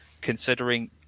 considering